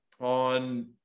on